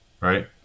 right